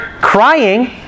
crying